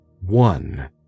One